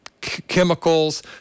chemicals